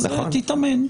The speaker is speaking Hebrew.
אז תתאמן.